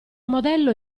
modello